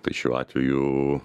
tai šiuo atveju